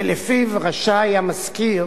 ולפיו רשאי המשכיר